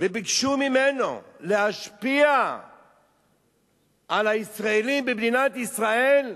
וביקשו ממנו להשפיע על הישראלים במדינת ישראל,